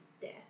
death